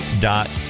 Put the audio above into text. dot